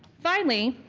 finally,